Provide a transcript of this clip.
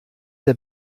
der